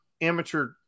amateur